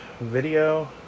video